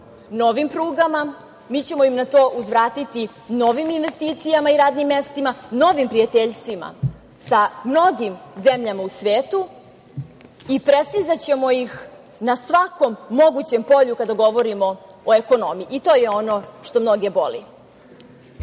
novim prugama, novim investicijama i radnim mestima, novim prijateljstvima sa mnogim zemljama u svetu i prestizaćemo ih na svakom mogućem polju kada govorimo o ekonomiji. To je ono što mnoge boli. Mi